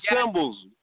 symbols